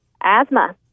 Asthma